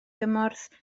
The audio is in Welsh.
gymorth